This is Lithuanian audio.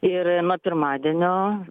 ir nuo pirmadienio